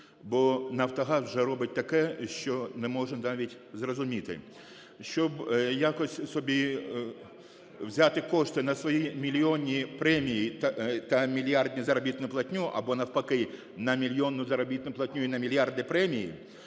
бо "Нафтогаз" вже робить таке, що не можна навіть зрозуміти. Щоб якось собі взяти кошти на свої мільйонні премії та мільярдну заробітну платню, або навпаки на мільйонну заробітну платню і на мільярди премій,